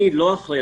אני לא אחראי,